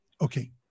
Okay